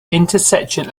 intersection